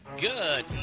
Good